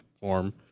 form